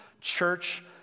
church